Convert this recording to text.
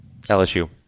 LSU